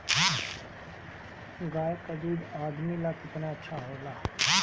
गाय का दूध आदमी ला कितना अच्छा होला?